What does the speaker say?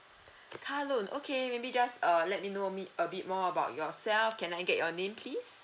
hello okay maybe just err let me know me a bit more about yourself can I get your name please